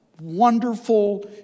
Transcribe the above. wonderful